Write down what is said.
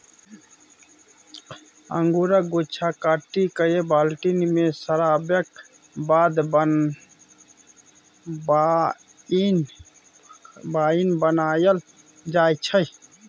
अंगुरक गुच्छा काटि कए बाल्टी मे सराबैक बाद बाइन बनाएल जाइ छै